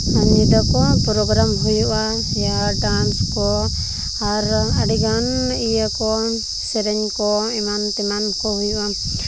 programme ᱦᱩᱭᱩᱜᱼᱟ ᱡᱟᱦᱟᱸ dance ᱠᱚ ᱟᱨ ᱟᱹᱰᱤᱜᱟᱱ ᱤᱭᱟᱹ ᱠᱚ ᱥᱮᱨᱮᱧ ᱠᱚ ᱮᱢᱟᱱ ᱛᱮᱢᱟᱱ ᱠᱚ ᱦᱩᱭᱩᱜᱼᱟ